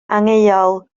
angheuol